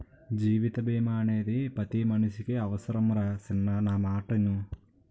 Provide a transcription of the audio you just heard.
జీవిత బీమా అనేది పతి మనిసికి అవుసరంరా సిన్నా నా మాటిను